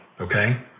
okay